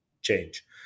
change